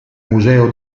museo